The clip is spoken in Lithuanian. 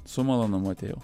su malonumu atėjau